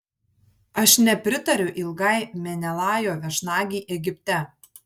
aš nepritariu ilgai menelajo viešnagei egipte